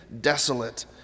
desolate